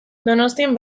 donostian